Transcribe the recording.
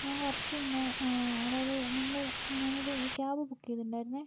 ഞാൻ കുറച്ചുമുൻപെ അതായത് നിങ്ങൾ ഞാനൊരു ക്യാബ് ബുക്ക് ചെയ്തിട്ടുണ്ടായിരുന്നു